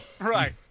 Right